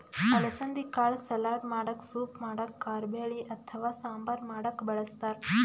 ಅಲಸಂದಿ ಕಾಳ್ ಸಲಾಡ್ ಮಾಡಕ್ಕ ಸೂಪ್ ಮಾಡಕ್ಕ್ ಕಾರಬ್ಯಾಳಿ ಅಥವಾ ಸಾಂಬಾರ್ ಮಾಡಕ್ಕ್ ಬಳಸ್ತಾರ್